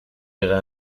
verrez